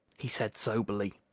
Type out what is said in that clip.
he said soberly.